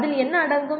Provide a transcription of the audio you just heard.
அதில் என்ன அடங்கும்